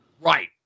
Right